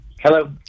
Hello